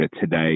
today